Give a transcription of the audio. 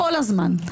כל הזמן.